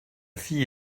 fille